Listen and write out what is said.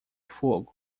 fogo